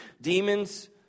demons